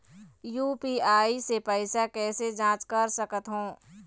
UPI से पैसा कैसे जाँच कर सकत हो?